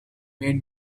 made